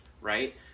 right